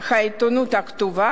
העיתונות הכתובה,